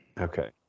Okay